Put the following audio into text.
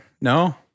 no